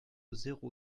zéro